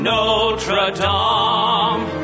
Notre-Dame